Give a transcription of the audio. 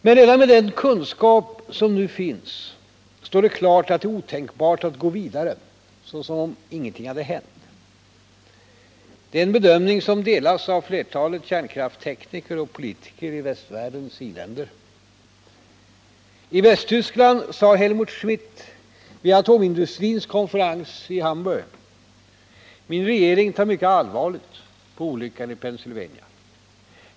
Men redan med den kunskap som nu finns står det klart att det är otänkbart att gå vidare som om ingenting hade hänt. Det är bedömning som delas av flertalet kärnkraftstekniker och politiker i västvärldens i-länder. I Västtyskland sade Helmut Schmidt vid atomindustrins konferens i Hamburg: Min regering tar mycket allvarligt på olyckan i Pennsylvania.